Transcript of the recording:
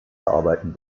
verarbeiten